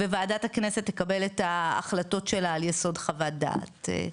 וועדת הכנסת תקבל את ההחלטות שלה על יסוד חוות דעת.